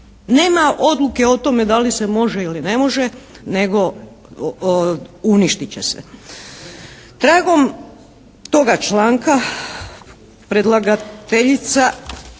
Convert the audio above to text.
Nema odluke o tome da li se može ili ne može nego uništit će se. Tragom toga članka predlagateljica